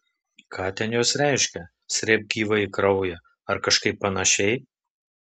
ką ten jos reiškia srėbk gyvąjį kraują ar kažkaip panašiai